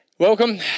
Welcome